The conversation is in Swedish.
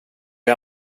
jag